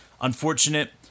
unfortunate